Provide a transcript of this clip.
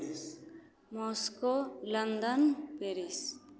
Moscow London Paris